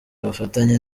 ubufatanye